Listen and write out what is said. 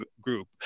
group